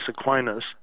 Aquinas